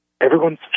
Everyone's